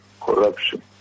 corruption